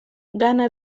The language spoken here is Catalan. ghana